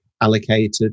allocated